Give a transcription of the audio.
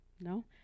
No